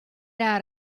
out